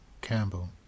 Campbell